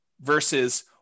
versus